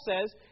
says